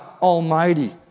Almighty